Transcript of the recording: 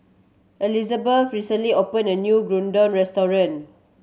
Elizbeth recently opened a new Gyudon Restaurant